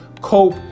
cope